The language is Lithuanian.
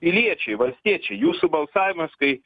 piliečiai valstiečiai jūsų balsavimas kai